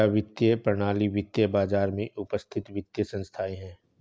क्या वित्तीय प्रणाली वित्तीय बाजार में उपस्थित वित्तीय संस्थाएं है?